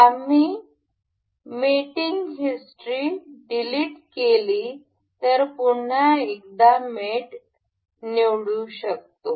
आम्ही ची मेटिंग हिस्ट्री डिलीट केली तर पुन्हा एकदा मेट निवडु शकतो